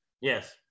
Yes